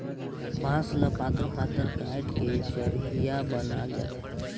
बांस ल पातर पातर काएट के चरहिया बनाल जाथे